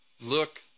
look